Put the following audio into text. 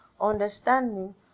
understanding